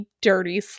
dirty